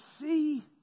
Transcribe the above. see